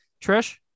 Trish